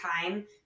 time